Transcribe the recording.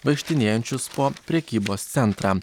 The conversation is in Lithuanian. vaikštinėjančius po prekybos centrą